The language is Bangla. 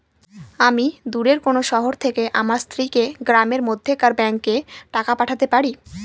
আমি দূরের কোনো শহর থেকে আমার স্ত্রীকে গ্রামের মধ্যেকার ব্যাংকে টাকা পাঠাতে পারি?